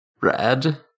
red